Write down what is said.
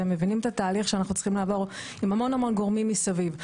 והם מבינים את התהליך שאנחנו צריכים לעבור עם המון המון גורמים מסביב.